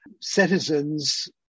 citizens